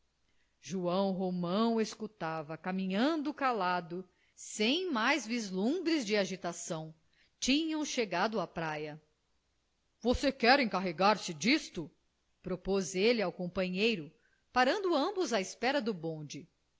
joão romão escutava caminhando calado sem mais vislumbres de agitação tinham chegado à praia você quer encarregar se disto propôs ele ao companheiro parando ambos à espera do bonde